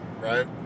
right